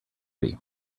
thirty